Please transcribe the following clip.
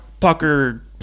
pucker